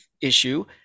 issue